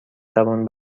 توان